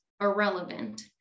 irrelevant